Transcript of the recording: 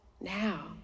now